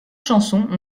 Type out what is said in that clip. chansons